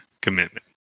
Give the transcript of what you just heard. commitment